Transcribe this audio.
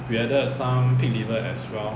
we add some pig liver as well